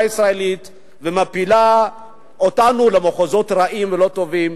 הישראלית ומפילה אותנו למחוזות רעים ולא טובים,